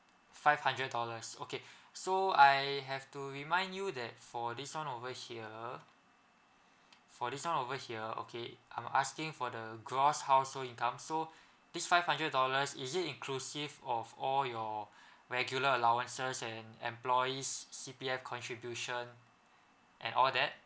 five hundred dollars okay so I have to remind you that for this one over here for this one over here okay I'm asking for the gross household income so this five hundred dollars is it inclusive of all your regular allowances and employees C_P_F contribution and all that